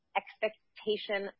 expectation